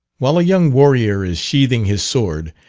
while a young warrior is sheathing his sword,